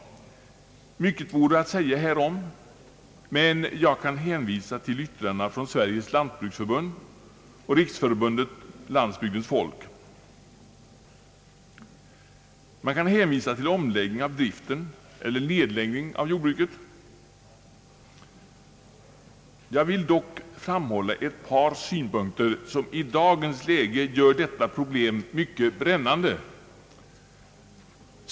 Mycket vore att säga härom, men jag kan hänvisa till yttrandena från Sveriges lantbruksförbund och Riksförbundet Landsbygdens folk. Man kan hänvisa till omläggning av driften eller nedläggning av jordbruket. Jag vill dock framhålla ett par synpunkter, som i dagens läge gör detta problem mycket brännande.